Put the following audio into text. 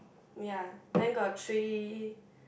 ya then got three